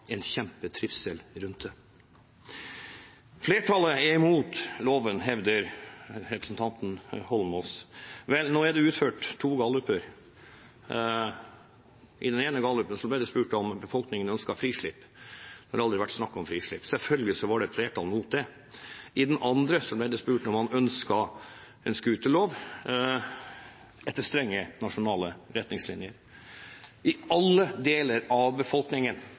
en kjempetrivsel rundt det. Flertallet er imot loven, hevder representanten Eidsvoll Holmås. Vel, det er utført to galluper. I den ene gallupen ble det spurt om befolkningen ønsket frislipp. Det har aldri vært snakk om frislipp. Selvfølgelig var et flertall imot det. I den andre ble det spurt om man ønsket en scooterlov etter strenge nasjonale retningslinjer. I alle deler av befolkningen